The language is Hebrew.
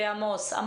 אין